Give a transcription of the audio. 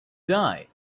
die